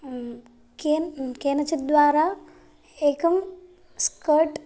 केन् केनचिद्वारा एकं स्कर्ट्